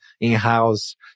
in-house